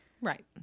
Right